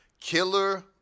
Killer